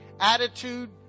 attitude